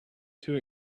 too